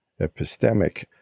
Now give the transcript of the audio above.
epistemic